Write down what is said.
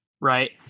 right